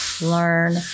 learn